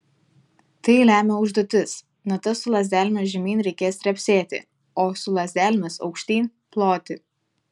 tai lemia užduotis natas su lazdelėmis žemyn reikės trepsėti o su lazdelėmis aukštyn ploti